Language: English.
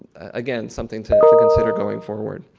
again something to consider going forward.